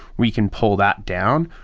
we can pull that down,